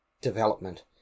development